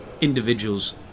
individuals